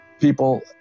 people